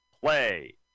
play